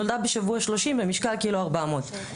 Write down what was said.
נולדה בשבוע 30 במשקל 1.400 קילו,